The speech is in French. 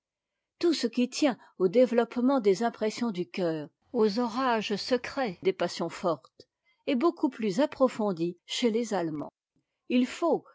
tout ce qui tient au développement des impressions du cœur aux orages secrets dès passions fortes est beaucoup plus approfondi chez les allemands faut